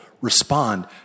Respond